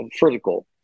vertical